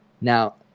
Now